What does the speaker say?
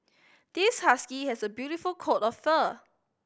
this husky has a beautiful coat of fur